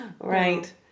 Right